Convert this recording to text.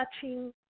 touching